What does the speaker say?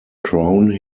crown